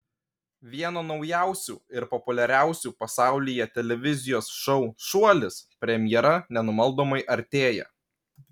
vieno naujausių ir populiariausių pasaulyje televizijos šou šuolis premjera nenumaldomai artėja